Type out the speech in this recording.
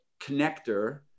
connector